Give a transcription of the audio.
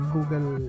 Google